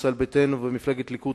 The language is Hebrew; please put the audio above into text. ישראל ביתנו ומפלגת הליכוד,